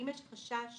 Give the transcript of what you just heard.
אם יש חשש